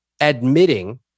admitting